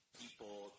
people